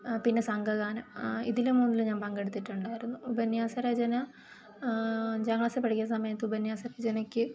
പിന്നെ സംഘഗാനം ഇതില് മൂന്നിലും ഞാൻ പങ്കെടുത്തിട്ടുണ്ടായിരുന്നു ഉപന്ന്യാസ രചന അഞ്ചാം ക്ലാസ്സിൽ പഠിക്കുന്ന സമയത്ത് ഉപന്ന്യാസ രചനയ്ക്ക്